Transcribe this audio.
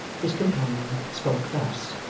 his companion spoke thus